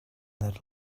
that